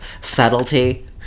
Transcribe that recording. Subtlety